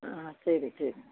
சரி சரி